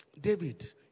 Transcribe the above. David